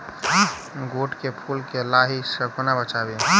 गोट केँ फुल केँ लाही सऽ कोना बचाबी?